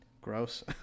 Gross